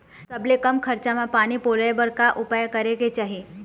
सबले कम खरचा मा पानी पलोए बर का उपाय करेक चाही?